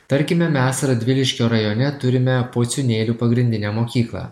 tarkime mes radviliškio rajone turime pociūnėlių pagrindinę mokyklą